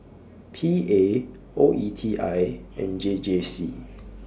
P A O E T I and J J C